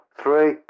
three